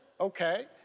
Okay